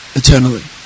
eternally